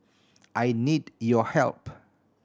I need your help